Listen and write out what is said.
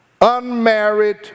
unmarried